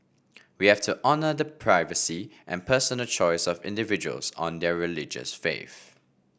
we have to honour the privacy and personal choice of individuals on their religious faith